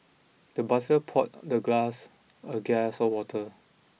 the butler poured the glass a guest of water